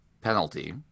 penalty